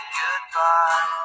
goodbye